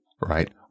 right